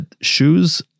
shoes